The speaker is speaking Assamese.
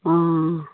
অঁ